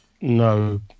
No